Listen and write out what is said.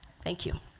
thank you.